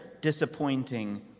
disappointing